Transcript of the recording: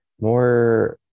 more